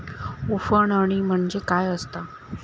उफणणी म्हणजे काय असतां?